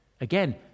Again